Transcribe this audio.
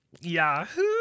Yahoo